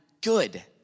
good